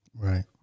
Right